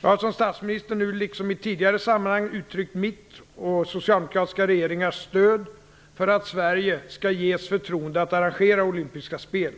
Jag har som statsminister nu liksom i tidigare sammanhang uttryckt mitt och socialdemokratiska regeringars stöd för att Sverige skall ges förtroendet att arrangera olympiska spel.